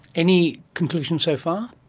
any conclusions so far?